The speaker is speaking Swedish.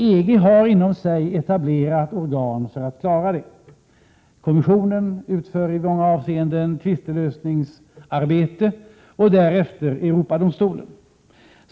EG har inom sig etablerat organ för att klara det. Kommissionen utför i många avseenden tvistelösningsarbete, därefter tar Europadomstolen över.